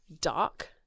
dark